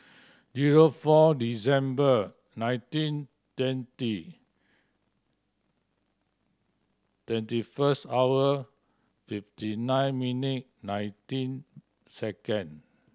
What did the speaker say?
zero four December nineteen twenty twenty first hour fifty nine minute nineteen second